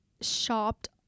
shopped